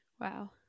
Wow